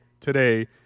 today